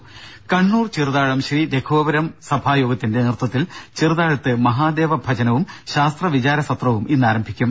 ദേദ കണ്ണൂർ ചെറുതാഴം ശ്രീ രാഘവപുരം സഭാ യോഗത്തിന്റെ നേതൃത്വത്തിൽ ചെറുതാഴത്ത് മഹാദേവ ഭജനവും ശാസ്ത്ര വിചാര സത്രവും ഇന്നാരംഭിക്കും